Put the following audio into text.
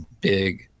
big